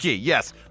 yes